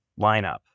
lineup